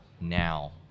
now